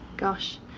gosh.